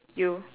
you